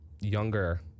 younger